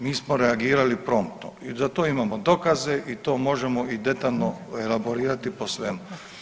Mi smo reagirali promptno i za to imamo dokaze i to možemo i detaljno elaborirati po svemu.